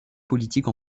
politique